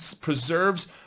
preserves